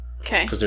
Okay